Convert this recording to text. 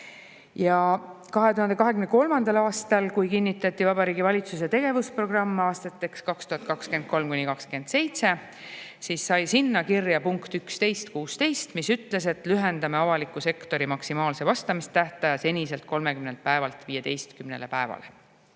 Ja 2023. aastal, kui kinnitati Vabariigi Valitsuse tegevusprogramm aastateks 2023–2027, sai sinna kirja punkt 11.16, mis ütles, et lühendame avaliku sektori maksimaalse vastamistähtaja seniselt 30 päevalt 15 päevale.